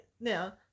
Now